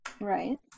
Right